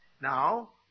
now